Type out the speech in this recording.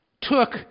took